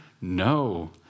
no